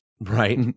Right